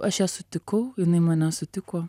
aš ją sutikau jinai mane sutiko